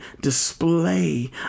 display